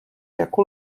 jako